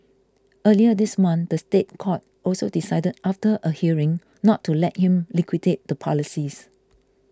earlier this month the State Court also decided after a hearing not to let him liquidate the policies